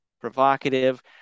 provocative